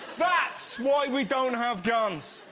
that's why we don't have guns.